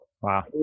Wow